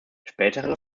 spätere